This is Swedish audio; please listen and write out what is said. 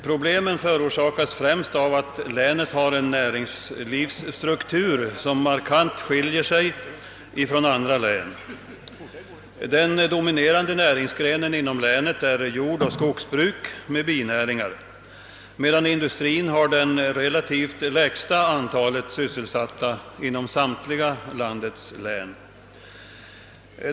Problemen förorsakas främst av att länet har en näringslivsstruktur som markant skiljer sig från andra läns. Den dominerande näringsgrenen inom länet är jordoch skogsbruk med binäringar, medan industri har det relativt lägsta antalet sysselsatta i samtliga landets län.